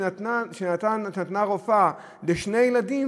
שהרופאה נתנה לשני ילדים,